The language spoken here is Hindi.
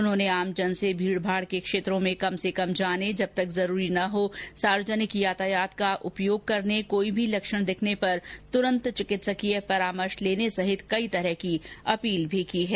उन्होंने आमजन से भीड़भाड़ के क्षेत्रों में कम से कम जाने जब तक जरूरी ना हो सार्वजनिक यातायात का उपयोग लेने कोई भी लक्षण दिखने पर तुरंत चिकित्सकीय परामर्श लेने सहित कई तरह की अपील भी की है